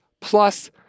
plus